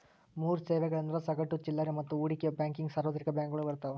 ಮೂರ್ ಸೇವೆಗಳಂದ್ರ ಸಗಟು ಚಿಲ್ಲರೆ ಮತ್ತ ಹೂಡಿಕೆ ಬ್ಯಾಂಕಿಂಗ್ ಸಾರ್ವತ್ರಿಕ ಬ್ಯಾಂಕಗಳು ಬರ್ತಾವ